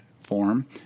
form